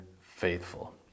faithful